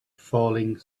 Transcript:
falling